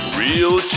real